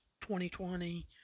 2020